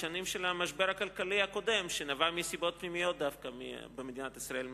בשנים של המשבר הכלכלי הקודם שנבע מסיבות פנימיות דווקא במדינת ישראל,